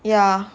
ya